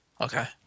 Okay